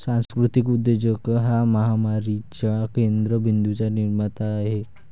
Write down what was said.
सांस्कृतिक उद्योजक हा महामारीच्या केंद्र बिंदूंचा निर्माता आहे